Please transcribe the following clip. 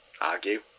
argue